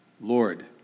Lord